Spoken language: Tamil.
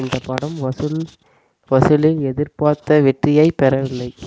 இந்தப் படம் வசூல் வசூலில் எதிர்பார்த்த வெற்றியைப் பெறவில்லை